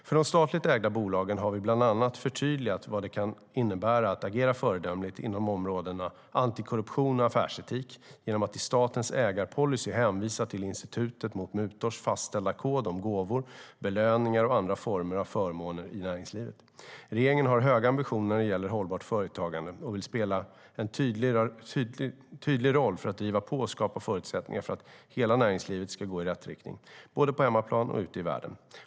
För de statligt ägda bolagen har vi bland annat förtydligat vad det kan innebära att agera föredömligt inom områdena antikorruption och affärsetik genom att i statens ägarpolicy hänvisa till Institutet mot mutors fastställda kod om gåvor, belöningar och andra former av förmåner i näringslivet. Regeringen har höga ambitioner när det gäller hållbart företagande och vill spela en tydlig roll för att driva på och skapa förutsättningar för att hela näringslivet ska gå i rätt riktning, både på hemmaplan och ute i världen.